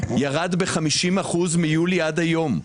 ירד ב-50% מיולי עד היום.